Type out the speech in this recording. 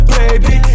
Baby